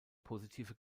positive